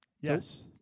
yes